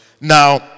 Now